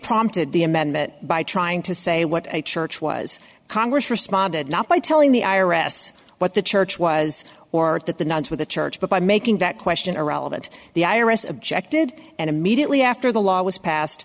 prompted the amendment by trying to say what a church was congress responded not by telling the i r s what the church was or that the nuns were the church but by making that question irrelevant the i r s objected and immediately after the law was pas